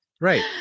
right